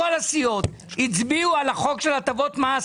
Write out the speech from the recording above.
היו איתי כל האנשים הטובים באמת,